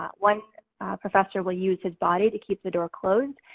one professor will use his body to keep the door closed.